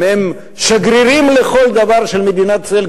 הם שגרירים לכל דבר של מדינת ישראל,